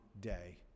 day